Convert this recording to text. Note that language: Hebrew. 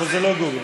אבל זה לא גוגל.